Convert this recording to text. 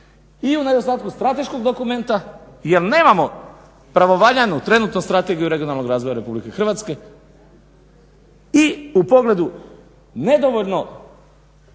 I u nedostatku strateškog dokumenta jel nemamo pravovaljanu trenutno Strategiju regionalnog razvoja RH i u pogledu nedovoljnog